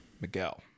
Miguel